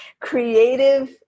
creative